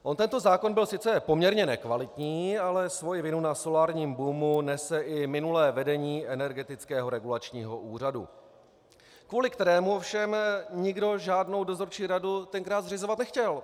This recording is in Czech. On tento zákon byl sice poměrně nekvalitní, ale svoji vinu na solárním boomu nese i minulé vedení Energetického regulačního úřadu, kvůli kterému ovšem nikdo žádnou dozorčí radu tenkrát zřizovat nechtěl.